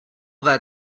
that